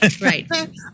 right